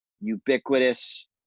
ubiquitous